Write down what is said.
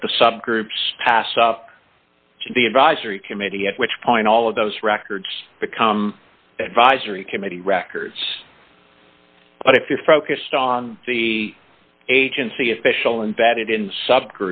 but the subgroups pass up to the advisory committee at which point all of those records become advisory committee records but if you're focused on the agency official and vetted in sub